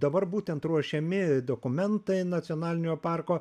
dabar būtent ruošiami dokumentai nacionalinio parko